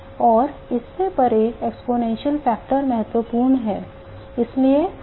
और इससे परे exponential factor महत्वपूर्ण है